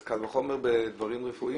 אז קל וחומר בדברים רפואיים.